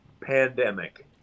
pandemic